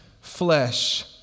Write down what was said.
flesh